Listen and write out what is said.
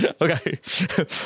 Okay